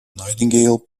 nightingale